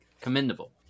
commendable